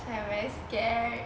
I very scared